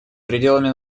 пределами